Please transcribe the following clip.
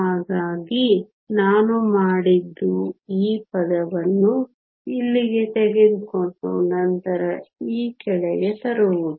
ಹಾಗಾಗಿ ನಾನು ಮಾಡಿದ್ದು ಈ ಪದವನ್ನು ಇಲ್ಲಿಗೆ ತೆಗೆದುಕೊಂಡು ನಂತರ e ಕೆಳಗೆ ತರುವುದು